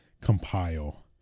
compile